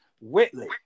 Whitley